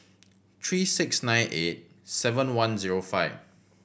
three six nine eight seven one zero five